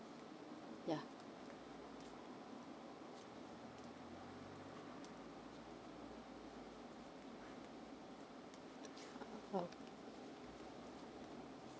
ya [ow]